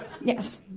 Yes